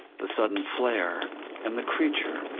the sudden flare and the creature,